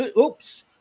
Oops